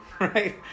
right